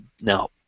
Now